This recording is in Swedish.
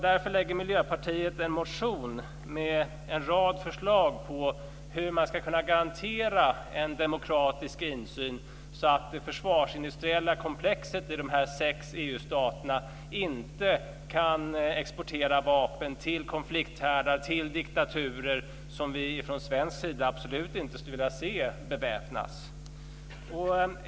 Därför väcker Miljöpartiet en motion med en rad förslag på hur man ska kunna garantera en demokratisk insyn, så att det försvarsindustriella komplexet i de sex EU-staterna inte kan exportera vapen till konflikthärdar, till diktaturer som vi från svensk sida absolut inte skulle vilja se beväpnas.